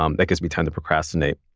um that gives me time to procrastinate.